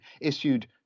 issued